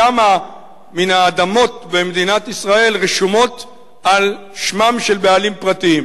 כמה מן האדמות במדינת ישראל רשומות על שמם של בעלים פרטיים?